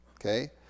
Okay